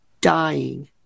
dying